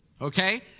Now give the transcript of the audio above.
okay